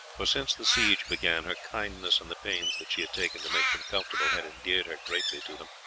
for since the siege began, her kindness and the pains that she had taken to make them comfortable had endeared her greatly to them.